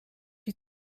die